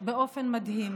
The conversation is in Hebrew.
באופן מדהים.